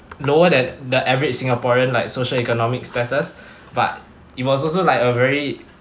lower than the average singaporean like socioeconomic status but it was also like a very